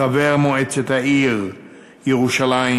חבר מועצת העיר ירושלים,